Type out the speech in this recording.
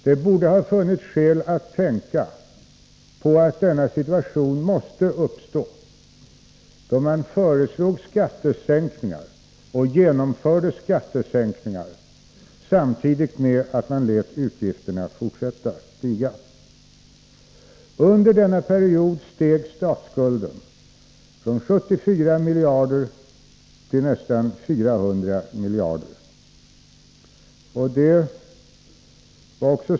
Det borde ha funnits skäl att tänka på att denna situation måste uppstå, då man föreslog — och genomförde — skattesänkningar samtidigt med att man lät utgifterna fortsätta att stiga. Under denna period steg statsskulden från 74 miljarder till nästan 400 miljarder.